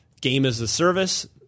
game-as-a-service